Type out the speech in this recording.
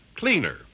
Cleaner